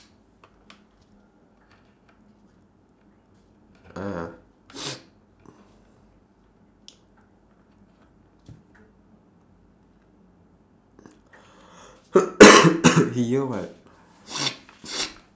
ah he year what